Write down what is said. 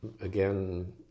again